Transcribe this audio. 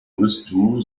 withdrew